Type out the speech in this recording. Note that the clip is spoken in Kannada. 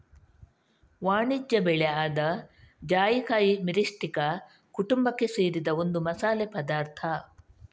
ವಾಣಿಜ್ಯ ಬೆಳೆ ಆದ ಜಾಯಿಕಾಯಿ ಮಿರಿಸ್ಟಿಕಾ ಕುಟುಂಬಕ್ಕೆ ಸೇರಿದ ಒಂದು ಮಸಾಲೆ ಪದಾರ್ಥ